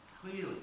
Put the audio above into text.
clearly